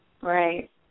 Right